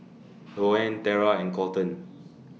Louann Terra and Colton